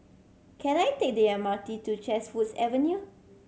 can I take the M R T to Chatsworth Avenue